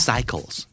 Cycles